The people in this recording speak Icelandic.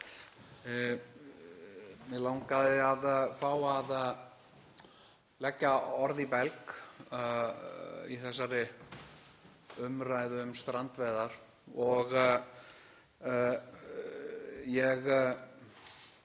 Mig langaði að fá að leggja orð í belg í þessari umræðu um strandveiðar og ég